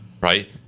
right